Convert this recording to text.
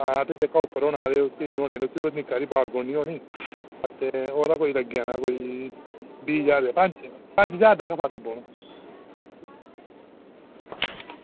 ते जेह्का उप्पर होना ते उसी उऐ थोह्ड़ी निक्की बालकोनी होनी ओह्दा कोई लग्गी जाना बीह् ज्हार पंज ज्हार तगर फर्क पौना